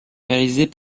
réalisées